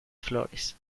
flores